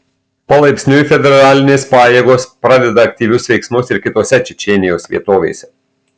palaipsniui federalinės pajėgos pradeda aktyvius veiksmus ir kitose čečėnijos vietovėse